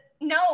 no